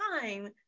time